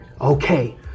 Okay